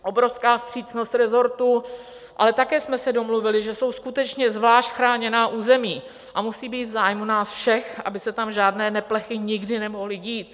Obrovská vstřícnost resortu, ale také jsme se domluvili, že jsou skutečně zvlášť chráněná území a musí být v zájmu nás všech, aby se tam žádné neplechy nikdy nemohly dít.